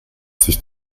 sich